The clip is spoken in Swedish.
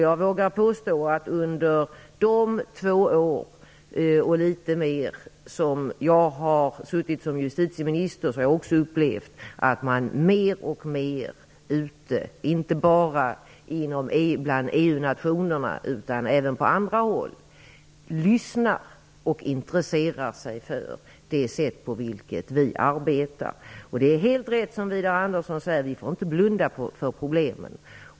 Jag vågar påstå att jag under de två år och litet mer som jag har suttit som justitieminister också har upplevt att man mer och mer utom - lands inte bara bland EU-nationerna, utan också på andra håll - lyssnar och intresserar sig för det sätt på vilket vi arbetar. Det är helt rätt som Widar Andersson säger: Vi får inte blunda för problemet.